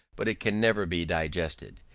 but it can never be digested.